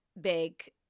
big